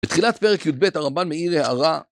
בתחילת פרק י"ב הרמב״ן מעיר הערה